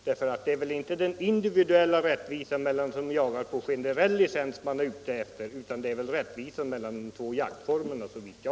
Det är väl inte den individuella rättvisan mellan dem som jagar på generell licens man är ute efter utan såvitt jag kan förstå rättvisan mellan de båda jaktformerna.